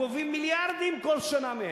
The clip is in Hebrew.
גובים מיליארדים כל שנה מהם,